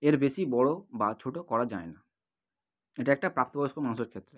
এর বেশি বড়ো বা ছোটো করা যায় না এটা একটা প্রাপ্তবয়স্ক মানুষের ক্ষেত্রে